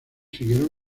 siguieron